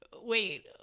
wait